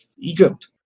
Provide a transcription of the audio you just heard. Egypt